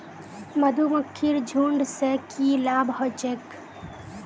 मधुमक्खीर झुंड स की लाभ ह छेक